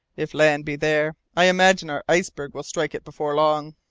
if land be there, i imagine our iceberg will strike it before long.